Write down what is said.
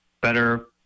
better